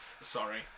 Sorry